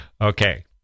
Okay